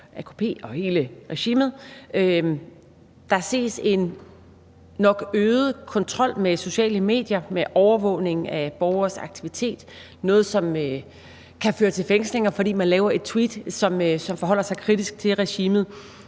AKP og hele regimet. Der ses en nok øget kontrol med sociale medier, overvågning af borgeres aktivitet, noget, som kan føre til fængslinger, fordi man laver et tweet, som forholder sig kritisk til regimet.